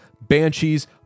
Banshees